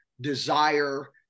desire